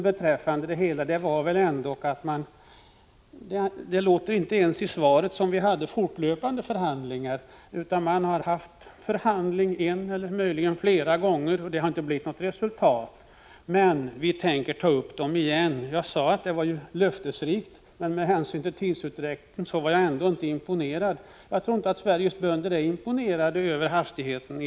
Beträffande resignation: I svaret låter det inte ens som om vi har fortlöpande förhandlingar, utan att det har varit förhandlingar — en eller möjligen flera gånger — men att det inte har blivit något resultat och att förhandlingarna nu skall tas upp igen. Jag sade att det senare var löftesrikt, men med hänsyn till tidsutdräkten är jag ändå inte imponerad. Och jag tror inte att Sveriges bönder är imponerade över hastigheten.